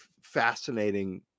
fascinating